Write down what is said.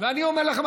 ואני אומר לכם,